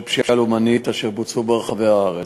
פשיעה לאומנית אשר בוצעו ברחבי הארץ.